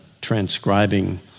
transcribing